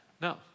No